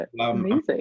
amazing